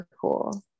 cool